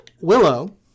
Willow